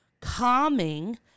calming